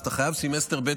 אז אתה חייב סמסטר ב',